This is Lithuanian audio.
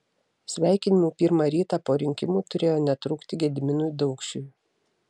sveikinimų pirmą rytą po rinkimų turėjo netrūkti gediminui daukšiui